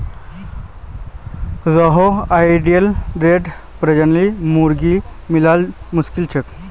Rhode Island red प्रजातिर मुर्गी मिलना मुश्किल छ